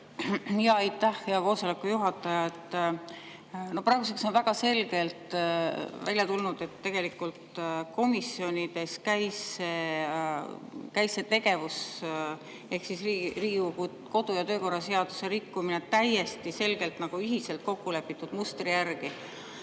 Aitäh, hea juhataja! Praeguseks on väga selgelt välja tulnud, et komisjonides käis see tegevus ehk Riigikogu kodu‑ ja töökorra seaduse rikkumine täiesti selgelt nagu ühiselt kokkulepitud mustri järgi.